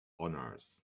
honors